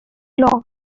law